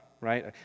right